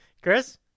Chris